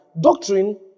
doctrine